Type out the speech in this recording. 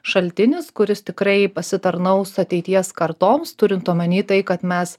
šaltinis kuris tikrai pasitarnaus ateities kartoms turint omeny tai kad mes